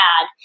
add